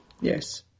Yes